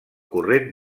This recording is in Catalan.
corrent